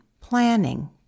planning